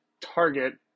target